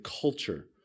culture